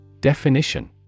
Definition